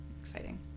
exciting